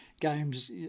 games